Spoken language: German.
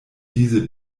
diese